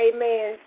Amen